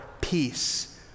peace